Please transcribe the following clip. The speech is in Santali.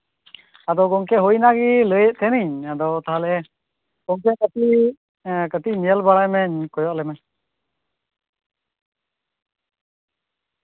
ᱟᱫᱚ ᱜᱚᱝᱠᱮ ᱦᱳᱭ ᱚᱱᱟ ᱜᱮ ᱞᱟᱹᱭᱮᱫ ᱛᱟᱦᱮᱸᱜ ᱤᱧ ᱟᱫᱚ ᱛᱟᱦᱞᱮ ᱜᱚᱝᱠᱮ ᱠᱟᱹᱴᱤᱡ ᱠᱟᱹᱴᱤᱡ ᱧᱮᱞ ᱵᱟᱲᱟᱭ ᱢᱮ ᱠᱚᱭᱚᱜ ᱟᱞᱮ ᱢᱮ